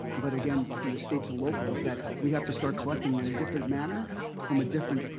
but again, from the states and locals that we have to start collecting in a different manner from a different